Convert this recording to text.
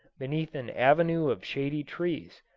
beneath an avenue of shady trees,